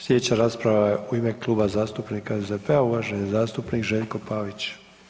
Sljedeća rasprava je u ime Kluba zastupnika SDP-a uvaženi zastupnik Željko Pavić.